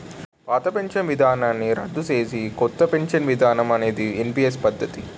పాత పెన్షన్ విధానాన్ని రద్దు చేసి కొత్త పెన్షన్ విధానం అనేది ఎన్పీఎస్ పద్ధతి